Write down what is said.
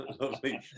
Lovely